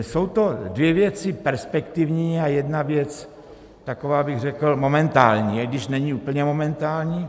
Jsou to dvě věci perspektivní a jedna věc taková, bych řekl, momentální, i když není úplně momentální.